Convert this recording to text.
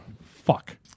Fuck